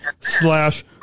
slash